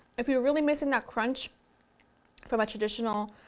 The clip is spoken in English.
if you're really missing that crunch from a traditional